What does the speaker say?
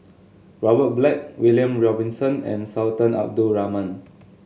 Robert Black William Robinson and Sultan Abdul Rahman